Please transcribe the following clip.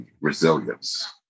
resilience